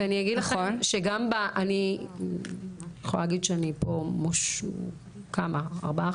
אני יכולה להגיד שאני פה משהו כמו ארבעה,